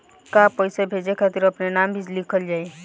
का पैसा भेजे खातिर अपने नाम भी लिकल जाइ?